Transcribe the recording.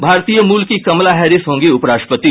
भारतीय मूल की कमला हैरिस होंगी उपराष्ट्रपति